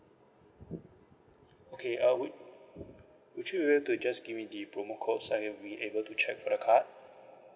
okay uh would would you be able to just give me the promo code so I can be able to check for the card